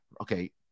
okay